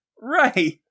Right